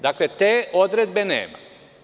Dakle, te odredbe nema.